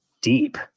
deep